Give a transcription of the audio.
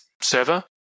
server